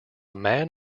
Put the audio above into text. man